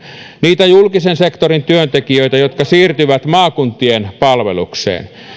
niitä julkisen sektorin työntekijöitä jotka siirtyvät maakuntien palvelukseen